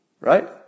Right